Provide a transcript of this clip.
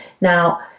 Now